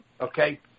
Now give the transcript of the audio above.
okay